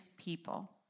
people